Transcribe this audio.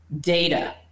data